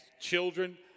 children